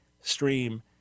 stream